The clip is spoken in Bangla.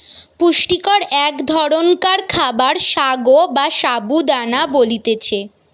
পুষ্টিকর এক ধরণকার খাবার সাগো বা সাবু দানা বলতিছে